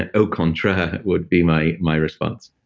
ah au contraire, would be my my response